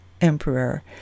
emperor